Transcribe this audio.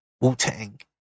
Wu-Tang